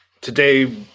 today